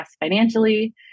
financially